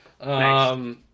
Nice